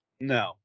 No